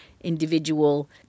individual